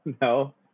No